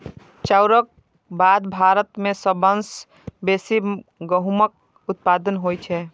चाउरक बाद भारत मे सबसं बेसी गहूमक उत्पादन होइ छै